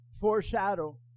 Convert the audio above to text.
Foreshadow